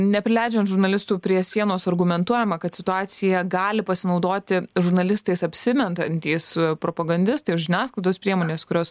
neprileidžiant žurnalistų prie sienos argumentuojama kad situacija gali pasinaudoti žurnalistais apsimetantys propagandistai žiniasklaidos priemonės kurios